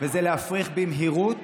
וזה להפריך במהירות